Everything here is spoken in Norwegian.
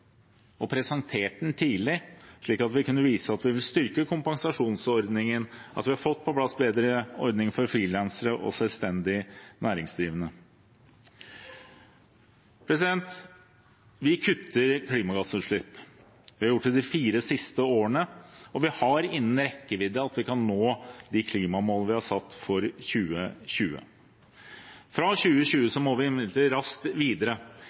slik at vi kunne vise at vi vil styrke kompensasjonsordningen, og at vi har fått på plass en bedre ordning for frilansere og selvstendig næringsdrivende. Vi kutter klimagassutslipp. Vi har gjort det de fire siste årene, og det er innen rekkevidde at vi kan nå de klimamålene vi har satt for 2020. Fra 2020 må vi imidlertid raskt videre.